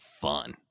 fun